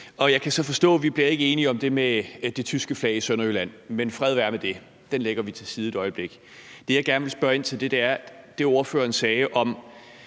Jeg kan forstå, at vi ikke bliver enige om det med det tyske flag i Sønderjylland, men fred være med det. Den lægger vi til side et øjeblik. Det, jeg gerne vil spørge ind til, er det, ordføreren sagde om